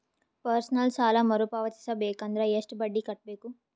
Personal ಸಾಲ ಮರು ಪಾವತಿಸಬೇಕಂದರ ಎಷ್ಟ ಬಡ್ಡಿ ಕಟ್ಟಬೇಕು?